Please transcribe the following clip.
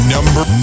Number